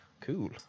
Cool